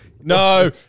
No